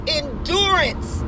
endurance